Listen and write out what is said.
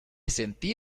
sentí